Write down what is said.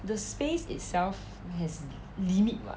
the space itself has limit [what]